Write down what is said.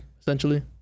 essentially